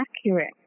accurate